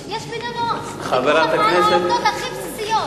יש בינינו ויכוח על העובדות הכי בסיסיות.